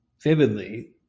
vividly